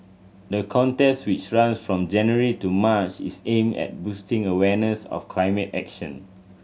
the contest which runs from January to March is aimed at boosting awareness of climate action